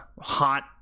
hot